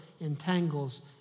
entangles